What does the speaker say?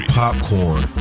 popcorn